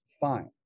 fine